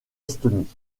estonie